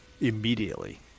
immediately